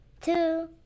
two